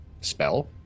spell